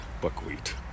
Buckwheat